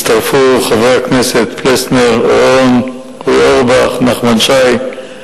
חברי הכנסת פלסנר, אורון, אורי אורבך, נחמן שי,